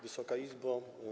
Wysoka Izbo!